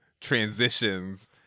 transitions